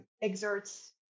exerts